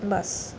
बस